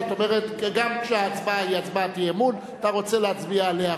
זאת אומרת גם כשההצבעה היא הצבעת אי-אמון אתה רוצה להצביע עליה עכשיו.